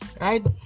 Right